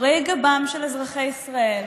מאחורי גבם של אזרחי ישראל,